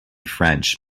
french